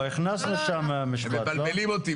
הכנסנו שם משפט, לא?